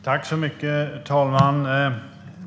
Fru talman!